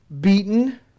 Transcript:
beaten